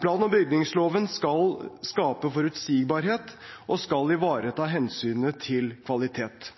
Plan- og bygningsloven skal skape forutsigbarhet og ivareta hensynet til kvalitet.